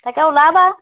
তাকে ওলাবা